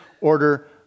order